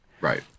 Right